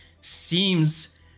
seems